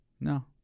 no